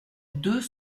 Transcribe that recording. deux